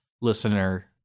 listener